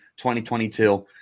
2022